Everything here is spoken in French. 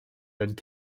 donnent